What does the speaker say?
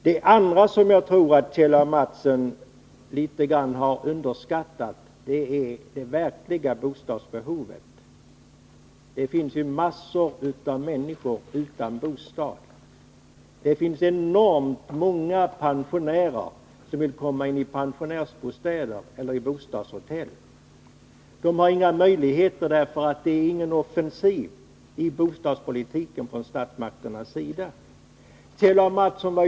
Det andra som jag tror att Kjell Mattsson litet grand har underskattat är det verkliga bostadsbehovet. Massor av människor saknar bostad. Enormt många pensionärer vill komma in i pensionärsbostäder eller i bostadshotell. De har inga möjligheter därför att det är ingen offensiv i bostadspolitiken tiska åtgärder tiska åtgärder från statsmakternas sida.